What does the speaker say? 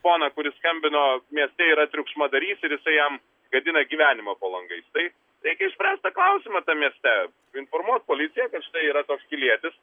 poną kuris skambino mieste yra triukšmadarys ir jisai jam gadina gyvenimą po langais tai reikia išspręst tą klausimą tam mieste informuot policiją kad štai yra toks pilietis